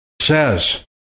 says